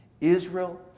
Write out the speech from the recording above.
Israel